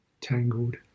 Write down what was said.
tangled